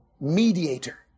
mediator